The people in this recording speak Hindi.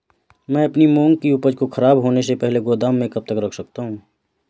मैं अपनी मूंग की उपज को ख़राब होने से पहले गोदाम में कब तक रख सकता हूँ?